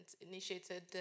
initiated